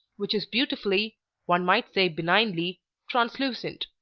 which is beautifully one might say benignly translucent.